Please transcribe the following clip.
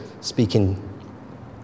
speaking